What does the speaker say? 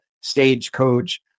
stagecoach